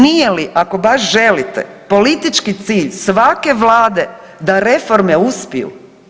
Nije li ako baš želite politički cilj svake vlade da reforme uspiju?